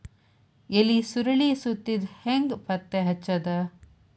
ಎಲಿ ಸುರಳಿ ಸುತ್ತಿದ್ ಹೆಂಗ್ ಪತ್ತೆ ಹಚ್ಚದ?